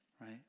right